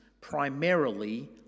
primarily